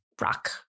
rock